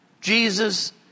Jesus